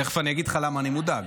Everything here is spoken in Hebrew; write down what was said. תכף אני אגיד לך למה אני מודאג.